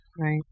Right